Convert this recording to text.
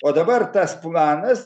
o dabar tas planas